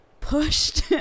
pushed